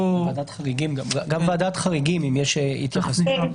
גם ועדת חריגים, אם יש התייחסות.